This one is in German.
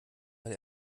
weil